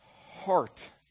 heart